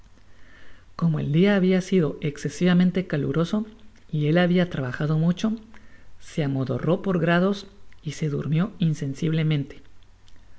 como el dia habia sido escesivamente caloroso y él habia trabajado mucho se amodorró por grados y se durmió insensiblemente